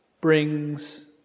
brings